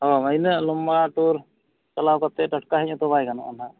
ᱦᱳᱭ ᱩᱱᱟᱹᱜ ᱞᱚᱢᱵᱟ ᱴᱩᱨ ᱪᱟᱞᱟᱣ ᱠᱟᱛᱮ ᱴᱟᱴᱠᱟᱧᱚᱜ ᱛᱚ ᱵᱟᱭ ᱜᱟᱱᱚᱜᱼᱟ ᱱᱟᱦᱟᱜ